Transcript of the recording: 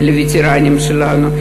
לווטרנים שלנו.